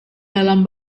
dalam